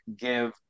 give